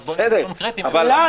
אז --- לא,